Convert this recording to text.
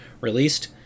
released